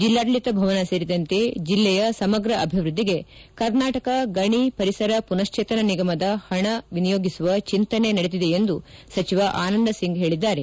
ಜಿಲ್ಲಾಡಳಿತ ಭವನ ಸೇರಿದಂತೆ ಜಿಲ್ಲೆಯ ಸಮಗ್ರ ಅಭಿವೃದ್ದಿಗೆ ಕರ್ನಾಟಕ ಗಣಿ ಪರಿಸರ ಪುನಕ್ಷೇತನ ನಿಗಮದ ಹಣ ವಿನಿಯೋಗಿಸುವ ಚಿಂತನೆ ನಡೆದಿದೆ ಎಂದು ಸಚಿವ ಆನಂದ್ ಸಿಂಗ್ ಹೇಳಿದ್ದಾರೆ